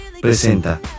presenta